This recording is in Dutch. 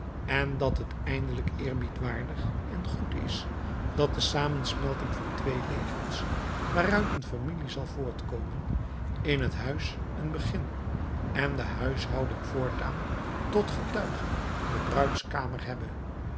en dat het eindelijk eerbiedwaardig en goed is dat de samensmelting van twee levens waaruit een familie zal voortkomen in het huis een begin en de huishouding voortaan tot getuige de bruidskamer hebbe